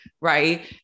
right